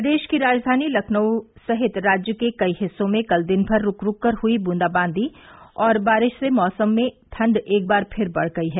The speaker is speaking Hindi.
प्रदेश की राजधानी लखनऊ समेत राज्य के कई हिस्सों में कल दिन भर रूक रूक कर हुई बूंदावांदी और बारिश से मौसम में ठंड एक बार फिर बढ़ गयी है